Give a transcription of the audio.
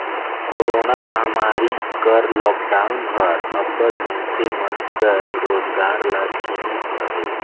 corona महमारी कर lockdown हर अब्बड़ मइनसे मन कर रोजगार ल छीनिस अहे